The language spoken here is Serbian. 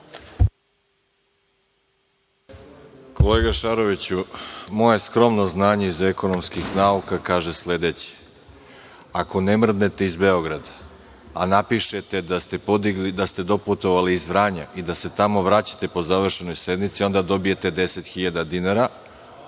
Kolega Šaroviću, moje skromno znanje iz ekonomskih nauka kaže sledeće, ako ne mrdnete iz Beograda, a napišete da ste doputovali iz Vranja i da se tamo vraćate po završenoj sednici, onda dobijete deset hiljada